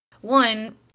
One